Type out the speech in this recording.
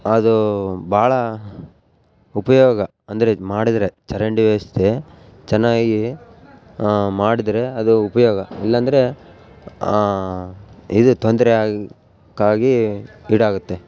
ಅದು ಭಾಳ ಉಪಯೋಗ ಅಂದರೆ ಮಾಡಿದರೆ ಚರಂಡಿ ವ್ಯವಸ್ಥೆ ಚೆನ್ನಾಗಿ ಮಾಡಿದರೆ ಅದು ಉಪಯೋಗ ಇಲ್ಲಾಂದರೆ ಇದು ತೊಂದರೆ ಆಗಿ ಕ್ಕಾಗಿ ಈಡಾಗುತ್ತೆ